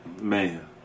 Man